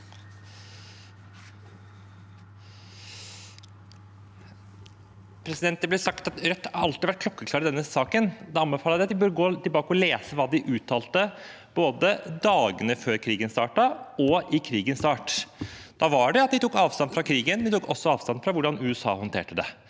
Det ble sagt at Rødt alltid har vært klokkeklare i denne saken. Da anbefaler jeg at de går tilbake og leser hva de uttalte både i dagene før krigen startet, og i krigens start. Da tok de avstand fra krigen, men de tok også avstand fra hvordan USA håndterte det